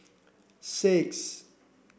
six